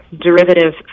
derivative